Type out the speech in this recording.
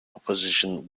opposition